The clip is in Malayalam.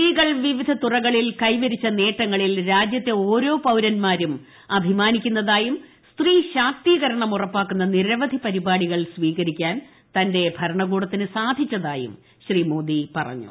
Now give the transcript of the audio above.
സ്ത്രീകൾ വിവിധ തുറകളിൽ കൈവരിച്ച നേട്ടങ്ങളിൽ രാജ്യത്തെ പൌരൻമാരും അഭിമാനിക്കുന്നതായും ഓരോ സ്ത്രീ ശാക്തീകരണം ഉറപ്പാക്കുന്ന നിരവധി നടപടികൾ സ്വീകരിക്കാൻ തന്റെ ഭരണകൂടത്തിന് സാധിച്ചതായും ശ്രീ മോദി അഭിപ്രായപ്പെട്ടു